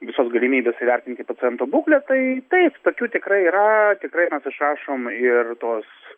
visos galimybės įvertinti paciento būklę tai taip tokių tikrai yra tikrai mes išrašom ir tuos